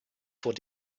vor